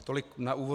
Tolik na úvod.